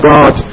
God